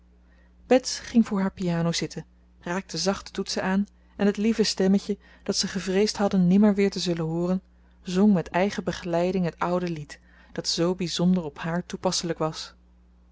bets ging voor haar piano zitten raakte zacht de toetsen aan en het lieve stemmetje dat ze gevreesd hadden nimmer weer te zullen hooren zong met eigen begeleiding het oude lied dat zoo bijzonder op haar toepasselijk was